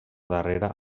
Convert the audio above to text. darrera